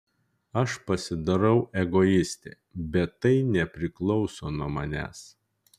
aš pasidarau egoistė bet tai nepriklauso nuo manęs